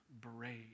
brave